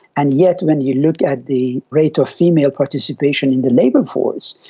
and yet when you look at the rate of female participation in the labour force,